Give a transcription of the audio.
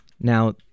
Now